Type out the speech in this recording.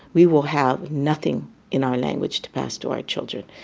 we will have nothing in our language to pass to our children.